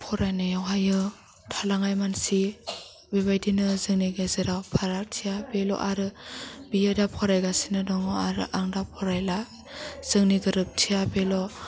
फरायनायावहायो थालांनाय मानसि बे बायदिनो जोंनि गेजेराव फारागथिया बेल' आरो बेयो दा फरायगासिनो दङ आरो आं दा फरायला जोंनि गोरोबथिया बेल'